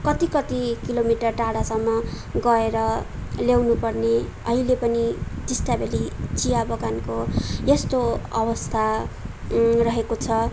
कति कति किलोमिटर टाढासम्म गएर ल्याउनुपर्ने अहिले पनि टिस्टाभेल्ली चियाबगानको यस्तो अवस्था रहेको छ